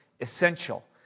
essential